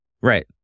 Right